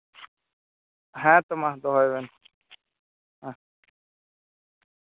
ᱦᱮᱸ ᱛᱚ ᱢᱟ ᱫᱚᱦᱚᱭ ᱵᱮᱱ ᱦᱮᱸᱜ